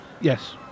Yes